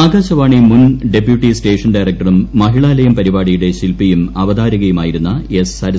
ആകാശവാണി മുൻ deputy station ഡയറക്ടറും മഹിളാലയം പരിപാടിയുടെ ശിൽപ്പിയും അവതാരകയുമായിരുന്ന എസ്